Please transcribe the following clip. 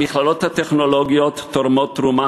המכללות הטכנולוגיות תורמות תרומה